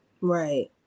Right